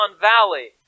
Valley